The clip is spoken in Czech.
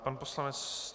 Pan poslanec